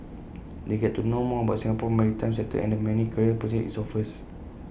they'll get to know more about Singapore's maritime sector and the many career opportunities IT offers